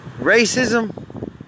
Racism